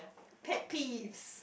pet peeve